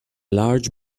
large